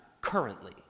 currently